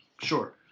Sure